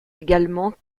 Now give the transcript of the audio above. également